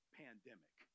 pandemic